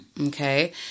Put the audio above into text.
Okay